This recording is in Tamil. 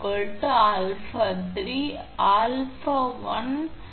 எனவே இன்டர்ஷீத்தின் ஆரங்கள் இப்போது 𝑟1 இந்த பார்முலாக்கு சமம் 𝑟1 சமம் 𝛼𝑟 எனவே 𝛼 1